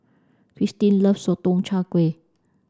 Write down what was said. kirsten loves Sotong Char Kway